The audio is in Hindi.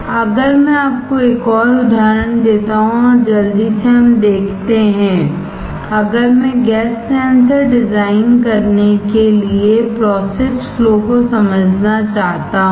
अगर मैं आपको एक और उदाहरण देता हूं और जल्दी से हम देखते हैं अगर मैं गैस सेंसर डिजाइन करने के लिए प्रोसेस फ्लो को समझना चाहता हूं